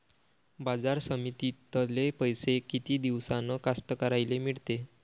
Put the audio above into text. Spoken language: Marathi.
बाजार समितीतले पैशे किती दिवसानं कास्तकाराइले मिळते?